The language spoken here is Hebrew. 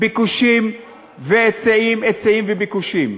ביקושים והיצעים, היצעים וביקושים.